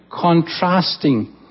contrasting